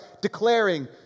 declaring